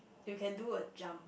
you can do a jump